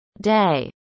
day